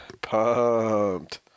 pumped